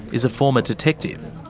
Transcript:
is a former detective.